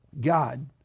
God